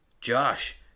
Josh